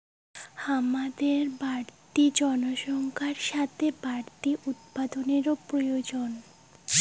হামাদের বাড়তি জনসংখ্যার সাথে বাড়তি উৎপাদানের প্রয়োজন